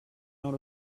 not